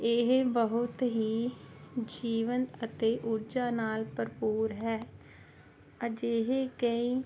ਇਹ ਬਹੁਤ ਹੀ ਜੀਵਨ ਅਤੇ ਊਰਜਾ ਨਾਲ ਭਰਪੂਰ ਹੈ ਅਜਿਹੇ ਕਈ